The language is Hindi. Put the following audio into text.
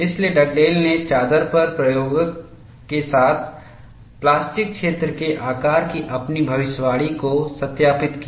इसलिए डगडेल ने चादर पर प्रयोगों के साथ प्लास्टिक क्षेत्र के आकार की अपनी भविष्यवाणी को सत्यापित किया